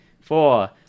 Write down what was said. Four